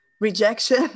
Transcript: rejection